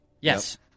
Yes